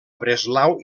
breslau